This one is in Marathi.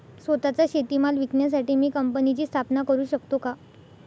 स्वत:चा शेतीमाल विकण्यासाठी मी कंपनीची स्थापना करु शकतो का?